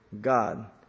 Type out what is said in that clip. God